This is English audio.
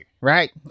right